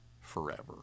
forever